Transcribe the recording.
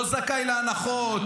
לא זכאי להנחות.